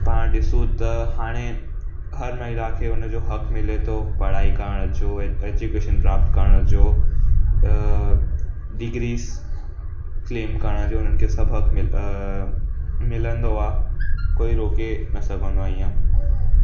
पाण ॾिसूं त हाणे हर महिला खे हुनजो हक़ु मिले थो पढ़ाई करण जो एज्युकेशन प्राप्त करण जो डिग्रीज़ क्लेम करण जो उन्हनि खे सभु मिलंदो आहे कोई रोके न सघंदो आहे इअं